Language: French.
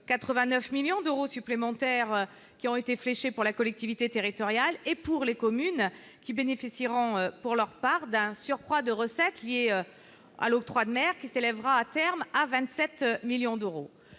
89 millions d'euros supplémentaires qui ont été fléchés pour la collectivité territoriale et pour les communes qui bénéficieront pour leur part d'un surcroît de recettes liées à l'octroi de mer qui s'élèvera à terme à 27 millions d'euros,